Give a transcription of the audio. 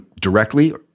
directly